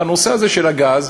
בנושא הזה של הגז.